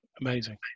Amazing